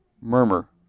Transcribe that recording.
murmur